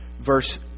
Verse